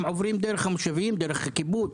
הם עוברים דרך מושבים, דרך קיבוץ.